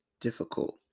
difficult